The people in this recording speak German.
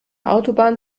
autobahn